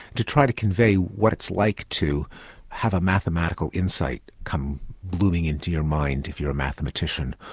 to try to convey what it's like to have a mathematical insight come looming into your mind if you're a mathematician,